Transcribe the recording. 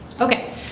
Okay